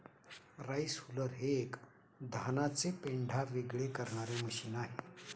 rice huller हे एक धानाचे पेंढा वेगळे करणारे मशीन आहे